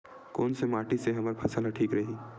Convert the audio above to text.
कोन से माटी से हमर फसल ह ठीक रही?